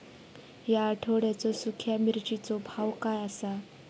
या आठवड्याचो सुख्या मिर्चीचो भाव काय आसा?